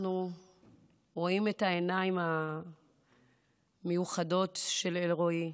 אנחנו רואים את העיניים המיוחדות של אלרועי.